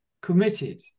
committed